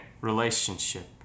relationship